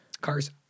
Cars